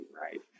right